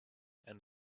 and